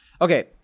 Okay